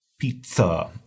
Pizza